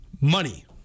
money